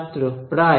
ছাত্র প্রায়